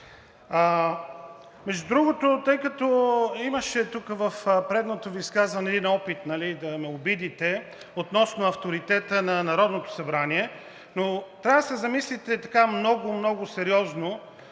Между другото, тъй като имаше в предното Ви изказване един опит да ме обидите относно авторитета на Народното събрание, трябва да се замислите много, много сериозно: